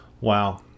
Wow